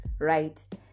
right